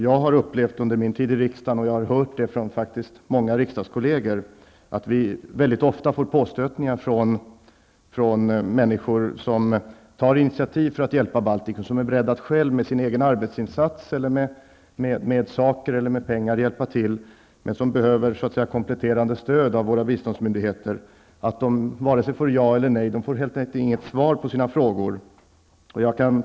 Jag har under min tid i riksdagen upplevt, och jag har faktiskt också hört det från många riksdagskolleger, att man mycket ofta får påstötningar från människor som tar initativ för att hjälpa Baltikum och som är beredda att med sin egen arbetsinsats eller med saker och pengar hjälpa till. Men de behöver kompletterande stöd av våra biståndsmyndigheter. Man får emellertid inte något svar på sina frågor.